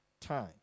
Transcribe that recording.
time